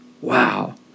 Wow